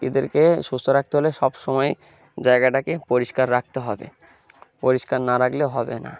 এদেরকে সুস্থ রাখতে হলে সব সময়ই জায়গাটাকে পরিষ্কার রাখতে হবে পরিষ্কার না রাখলে হবে না